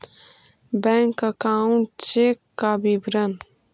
Bank account check का विवरण?